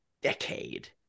decade